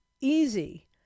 easy